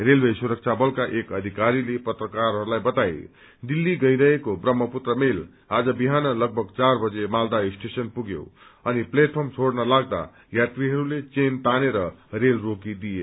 railway सुरक्षा बलका एक अधिकारीले पत्रकारहरूलाई बताए दिल्ली गइरहेको ब्रम्हपुत्र मेल आज बिहान लगभग चार बजे मालदा स्टेशन पुग्यो अनि स्लेटर्फम छोइन लाग्दा यात्रीहरूले चेन तानेर रेल रोक्रिदेए